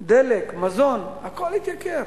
דלק, מזון, הכול התייקר,